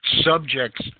subjects